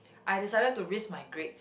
I decided to risk my grades